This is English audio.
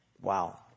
Wow